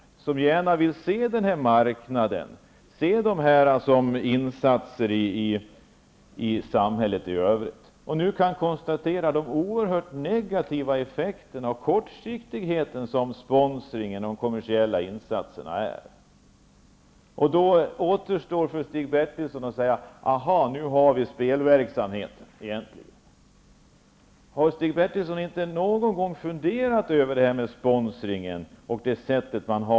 Han vill gärna se den här marknaden och dessa insatser som insatser i samhället i övrigt. Nu kan han konstatera de oerhört negativa effekterna och kortsiktigheten som sponsringen och de kommersiella insatserna innebär. Då återstår för Stig Bertilsson att säga att nu har vi spelverksamheten. Har Stig Bertilsson inte funderat över detta med sponsringen någon gång?